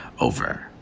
over